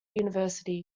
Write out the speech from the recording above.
university